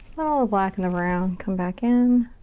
little ah black and the brown, come back in.